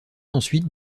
ensuite